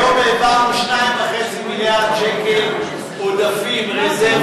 היום העברנו 2.5 מיליארד שקל עודפים, רזרבה,